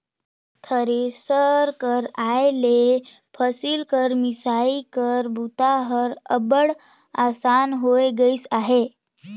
thresher कर आए ले फसिल कर मिसई कर बूता हर अब्बड़ असान होए गइस अहे